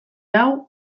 hau